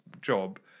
job